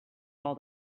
all